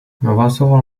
navazoval